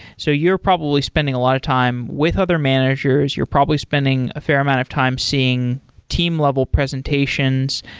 so you're probably spending a lot of time with other managers. you're probably spending a fair amount of time seeing team level presentations.